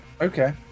Okay